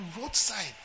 roadside